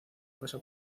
pasa